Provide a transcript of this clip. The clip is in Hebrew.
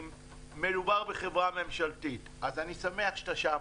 מדובר בחברה ממשלתית, אז אני שמח שאתה שם.